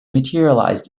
materialized